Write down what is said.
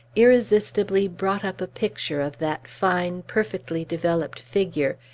irresistibly brought up a picture of that fine, perfectly developed figure,